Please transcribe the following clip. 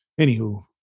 Anywho